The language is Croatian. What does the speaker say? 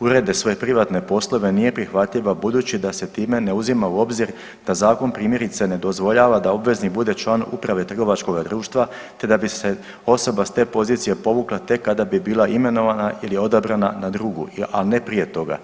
urede svoje privatne poslove nije prihvatljiva budući da se time ne uzima u obzir da zakon primjerice ne dozvoljava da obveznik bude član trgovačkog društva te da bi se osoba s te pozicije povukla tek kada bi bila imenovana ili odabrana na drugu, a ne prije toga.